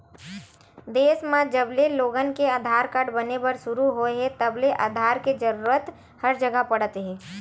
देस म जबले लोगन के आधार कारड बने के सुरू होए हे तब ले आधार के जरूरत हर जघा पड़त हे